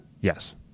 Yes